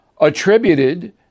attributed